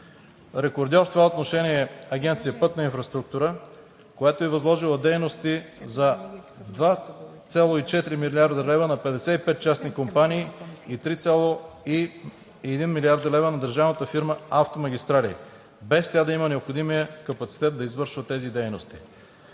Рекордьор в това отношение е Агенция „Пътна инфраструктура“, която е възложила дейности за 2,4 млрд. лв. на 55 частни компании и 3,1 млрд. лв. на държавната фирма „Автомагистрали“, без тя да има необходимия капацитет да извършва тези дейности.